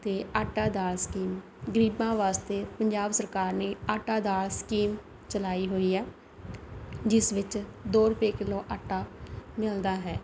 ਅਤੇ ਆਟਾ ਦਾਲ ਸਕੀਮ ਗਰੀਬਾਂ ਵਾਸਤੇ ਪੰਜਾਬ ਸਰਕਾਰ ਨੇ ਆਟਾ ਦਾਲ ਸਕੀਮ ਚਲਾਈ ਹੋਈ ਹੈ ਜਿਸ ਵਿੱਚ ਦੋ ਰੁਪਏ ਕਿੱਲੋ ਆਟਾ ਮਿਲਦਾ ਹੈ